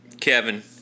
Kevin